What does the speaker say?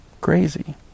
crazy